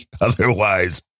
Otherwise